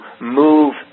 move